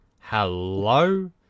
Hello